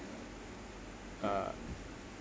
uh